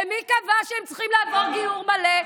ומי קבע שהם צריכים לעבור גיור מלא?